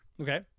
Okay